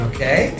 Okay